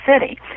City